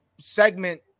segment